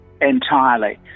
entirely